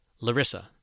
Larissa